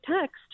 text